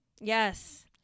Yes